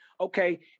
okay